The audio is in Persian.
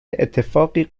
اتفاقی